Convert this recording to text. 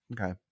Okay